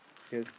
cause